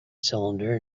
cylinder